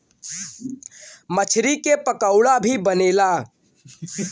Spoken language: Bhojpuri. मछरी के पकोड़ा भी बनेला